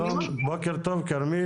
שלום, בוקר טוב כרמית,